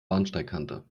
bahnsteigkante